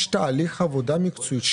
יש תהליך עבודה מקצועית,